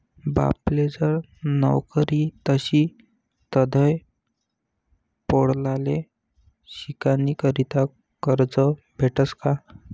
बापले जर नवकरी नशी तधय पोर्याले शिकानीकरता करजं भेटस का?